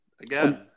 Again